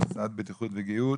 המוסד לבטיחות וגהות